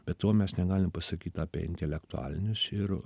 be to mes negalim pasakyt apie intelektualinius ir